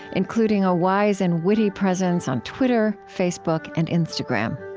including a wise and witty presence on twitter, facebook, and instagram.